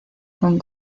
con